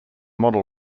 model